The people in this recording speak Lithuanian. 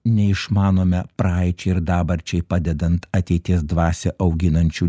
neišmanome praeičiai ir dabarčiai padedant ateities dvasią auginančių